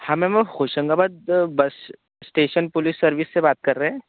हाँ मैम मैं Hoshangabad bus station police service से बात कर रहे